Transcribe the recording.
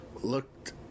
looked